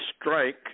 strike